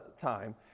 time